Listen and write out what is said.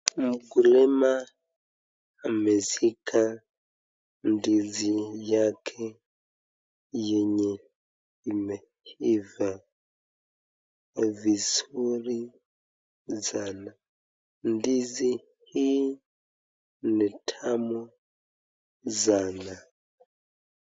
Mkulima ameshika ndizi yake yenye imeifaa vizuri sana ndizi hii ni tamu sana.